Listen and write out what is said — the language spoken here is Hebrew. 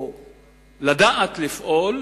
או לדעת לפעול,